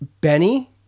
Benny